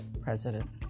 president